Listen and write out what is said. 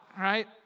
right